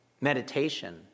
meditation